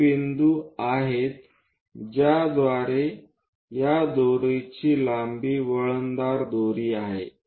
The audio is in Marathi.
हे बिंदू आहेत ज्याद्वारे या दोरीची लांबी वळणदार दोरी आहे